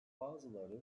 bazıları